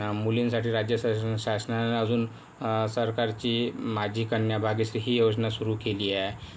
मुलींसाठी राज्य शाश शासनाने अजून सरकारची माझी कन्या भाग्यश्री ही योजना सुरु केली आहे